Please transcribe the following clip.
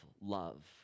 love